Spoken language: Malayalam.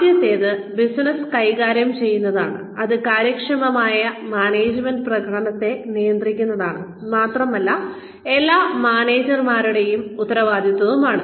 ആദ്യത്തേത് ബിസിനസ്സ് കൈകാര്യം ചെയ്യുന്നതാണ് അത് കാര്യക്ഷമമായ മാനേജ്മെന്റ് പ്രകടനത്തെ നിയന്ത്രിക്കുന്നതാണ് മാത്രമല്ല എല്ലാ മാനേജർമാരുടെയും ഉത്തരവാദിത്തവുമാണ്